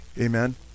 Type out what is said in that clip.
Amen